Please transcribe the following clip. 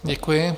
Děkuji.